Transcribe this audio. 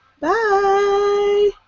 Bye